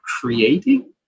creating